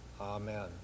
amen